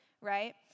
right